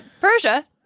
Persia